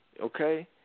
Okay